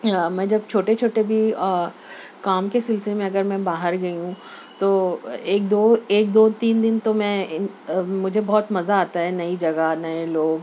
میں جب چھوٹے چھوٹے بھی کام کے سلسلے میں اگر میں باہر گئی ہوں تو ایک دو ایک دو تین دن تو میں مجھے بہت مزہ آتا ہے نئی جگہ نئے لوگ